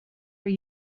were